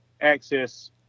access